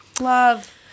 Love